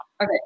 Okay